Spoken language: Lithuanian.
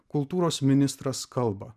kultūros ministras kalba